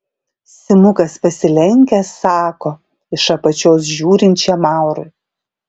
simukas pasilenkęs sako iš apačios žiūrinčiam maurui